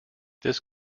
this